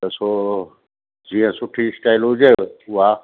ॾिसो जीअं सुठी स्टाइल हुजेव उहा